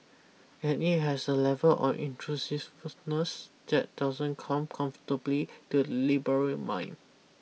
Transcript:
and it has a level of intrusiveness that doesn't come comfortably to the liberal mind